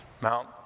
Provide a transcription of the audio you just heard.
Mount